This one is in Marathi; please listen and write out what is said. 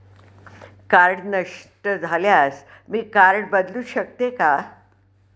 कार्ड नष्ट झाल्यास मी कार्ड बदलू शकते का?